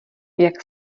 jak